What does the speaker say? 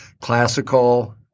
classical